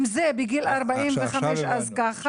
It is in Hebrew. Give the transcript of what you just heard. אם זה בגיל 45 אז ככה,